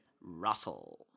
Russell